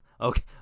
Okay